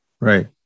Right